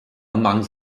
among